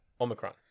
Omicron